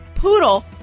Poodle